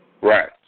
Right